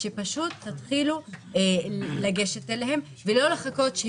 פשוט תתחילו לגשת אליהם ולא לחכות.